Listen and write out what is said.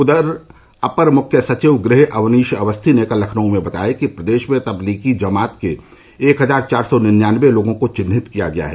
उधर अपर मुख्य सचिव गृह अवनीश अवस्थी ने कल लखनऊ में बताया कि प्रदेश में तबलीगी जमात के एक हजार चार सौ निन्यानबे लोगों को चिन्हित किया गया है